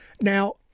Now